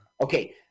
okay